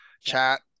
chat